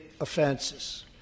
offenses